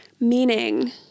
Meaning